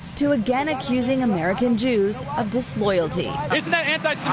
to again accusing american jews of disloyalty is not anti